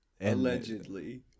Allegedly